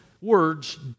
words